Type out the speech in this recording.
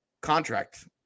contract